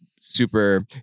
super